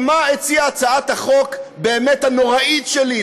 מה הציעה הצעת החוק הבאמת-נוראית שלי?